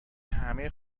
همه